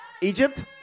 Egypt